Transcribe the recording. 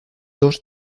dos